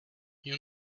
you